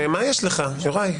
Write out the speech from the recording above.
מה יש לך, יוראי?